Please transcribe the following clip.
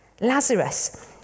Lazarus